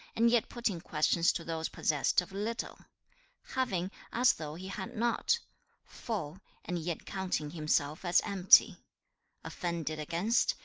and yet putting questions to those possessed of little having, as though he had not full, and yet counting himself as empty offended against,